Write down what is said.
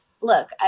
look